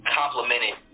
complimented